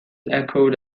echoed